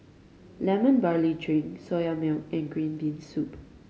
Lemon Barley Drink Soya Milk and green bean soup